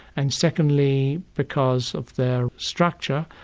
and secondly because of their structure.